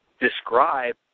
describe